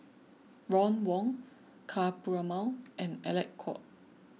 Ron Wong Ka Perumal and Alec Kuok